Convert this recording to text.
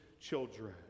children